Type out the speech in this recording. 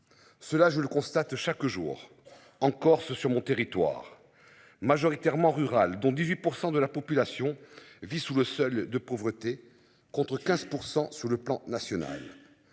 Cela je le constate. De chaque jour en Corse sur mon territoire majoritairement rural dont 18% de la population vit sous le seul de pauvreté. Contre 15% sur le plan national.